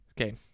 Okay